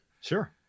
Sure